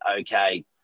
okay